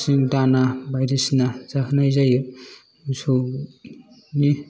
दाना बायदि सिना जाहोनाय जायो मोसौनि